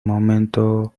momento